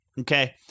Okay